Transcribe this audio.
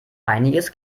einiges